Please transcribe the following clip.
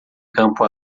campo